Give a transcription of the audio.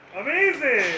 Amazing